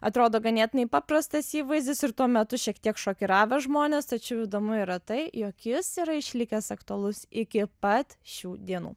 atrodo ganėtinai paprastas įvaizdis ir tuo metu šiek tiek šokiravęs žmones tačiau įdomu yra tai jog jis yra išlikęs aktualus iki pat šių dienų